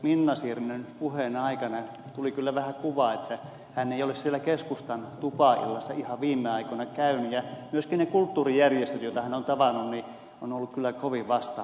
minna sirnön puheen aikana tuli kyllä vähän sellainen kuva että hän ei ole siellä keskustan tupaillassa ihan viime aikoina käynyt ja myöskin ne kulttuurijärjestöt joita hän on tavannut ovat olleet kyllä kovin vastahakoisia